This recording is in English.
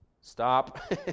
Stop